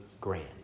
grand